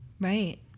right